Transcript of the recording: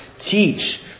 teach